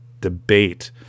debate